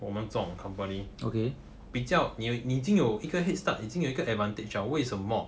我们这种 company 比较你有你已经有一个 headstart 已经有一个 advantage liao 为什么